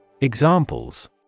Examples